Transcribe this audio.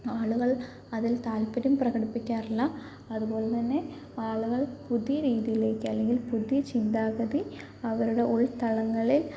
ആളുകൾ അതിൽ താല്പര്യം പ്രകടിപ്പിക്കാറില്ല അതുപോലതന്നെ ആളുകൾ പുതിയ രീതിയിലേക്ക് അല്ലെങ്കിൽ പുതിയ ചിന്താഗതി അവരുടെ ഉൾത്തളങ്ങളിൽ